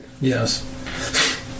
Yes